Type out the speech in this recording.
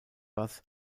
bass